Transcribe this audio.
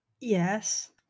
Yes